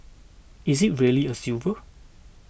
is it really a silver